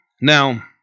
Now